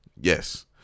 Yes